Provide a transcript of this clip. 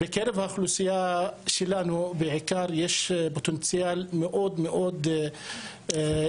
בקרב האוכלוסייה שלנו יש פוטנציאל מאוד גדול.